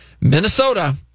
Minnesota